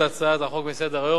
וממך, מאיר, אני מבקש